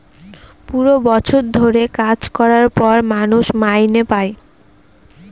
পুরো বছর ধরে কাজ করার পর মানুষ মাইনে পাই